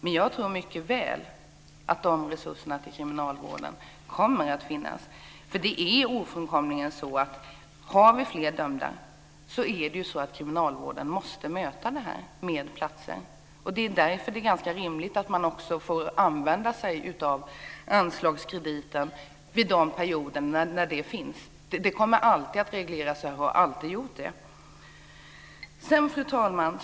Men jag tror mycket väl att de här resurserna till kriminalvården kommer att finnas. Har vi fler dömda måste kriminalvården ofrånkomligen möta det med platser. Det är därför som det är rimligt att man också får använda sig av anslagskrediten vid de perioder när den finns. Det kommer alltid att regleras. Det har alltid gjort det. Fru talman!